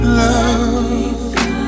love